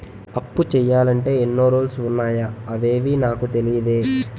అప్పు చెయ్యాలంటే ఎన్నో రూల్స్ ఉన్నాయా అవేవీ నాకు తెలీదే